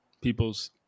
people's